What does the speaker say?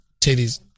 Titties